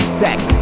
sex